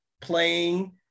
playing